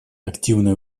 активное